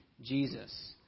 Jesus